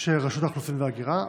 של רשות האוכלוסין וההגירה?